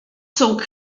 zog